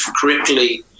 correctly